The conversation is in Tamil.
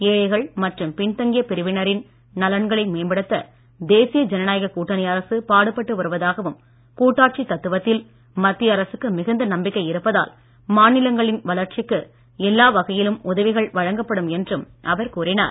ஏழைகள் மற்றும் பின்தங்கிய பிரிவினரின் நலன்களை மேம்படுத்த தேசிய ஜனநாயக கூட்டணி அரசு பாடுபட்டு வருவதாகவும் கூட்டாட்சி தத்துவத்தில் மத்திய அரசுக்கு மிகுந்த நம்பிக்கை இருப்பதால் மாநிலங்களின் வளர்ச்சிக்கு எல்லா வகையிலும் உதவிகள் வழங்கப்படும் என்றும் அவர் கூறினார்